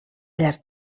llarg